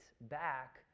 back